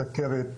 חולי הסכרת,